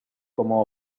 como